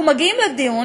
אנחנו מגיעים לדיון,